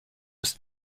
ist